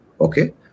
Okay